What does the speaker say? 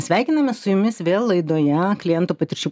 sveikinames su jumis vėl laidoje klientų patirčių